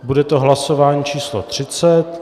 Bude to hlasování číslo 30.